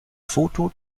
foto